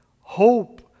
hope